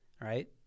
right